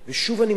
אני מדגיש,